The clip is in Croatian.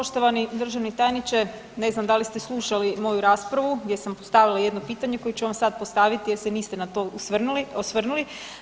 Poštovani državni tajniče, ne znam da li ste slušali moju raspravu gdje sam postavila jedno pitanje koje ću vam sad postaviti jer se niste na to osvrnuli.